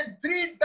Three